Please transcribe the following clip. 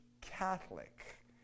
Catholic